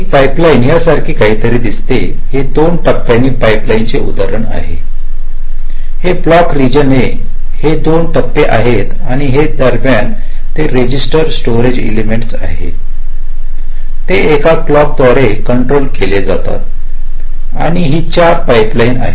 एक पाइपलाइन यासारखे काहीतरी दिसते हे दोन टप्प्यांनी पाइपलाइन चे उदाहरण आहे हे ब्लॅक रीजन हे दोन टप्पे आहेत आणि त्या दरम्यान काही रजिस्टर्स स्टोरेज एडलमेंट आहेत ते एका क्लॉकद्वारे कंट्रोल केले जातात आणि ही चार पाइपलाइन आहे